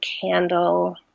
candle